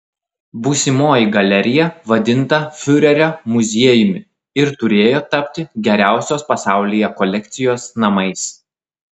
būsimoji galerija vadinta fiurerio muziejumi ir turėjo tapti geriausios pasaulyje kolekcijos namais